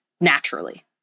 naturally